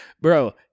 Bro